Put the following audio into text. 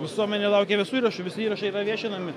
visuomenė laukia visų įrašų visi įrašai yra viešinami